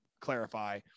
clarify